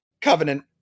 Covenant